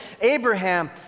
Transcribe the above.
Abraham